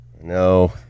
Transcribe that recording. No